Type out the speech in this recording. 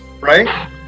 right